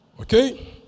Okay